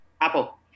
Apple